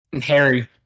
Harry